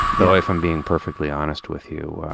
though if i'm being perfectly honest with you,